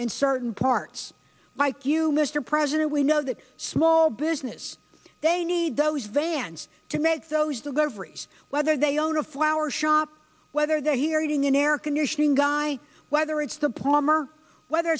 and certain parts by q mr president we know that small business they need those vans to make those the governors whether they own a flower shop whether they're here heating an air conditioning guy whether it's the plumber whether